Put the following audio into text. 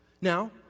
Now